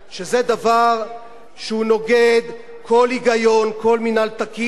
זה דבר שהוא נוגד כל היגיון, כל מינהל תקין.